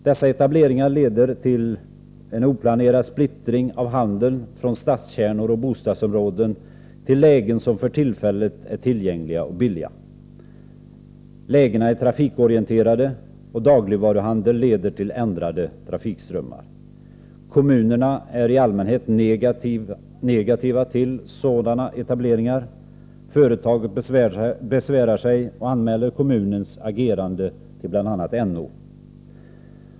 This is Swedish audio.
Dessa etableringar leder till en oplanerad splittring av handeln från stadskärnor och bostadsområden till lägen som för tillfället är tillgängliga och billiga. Lägena är trafikorienterade, och dagligvaruhandeln leder till ändrade trafikströmmar. Kommunerna är i allmänhet negativa till sådana etableringar. Företag besvärar sig och anmäler kommunernas agerande till bl.a. NO.